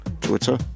Twitter